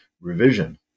revision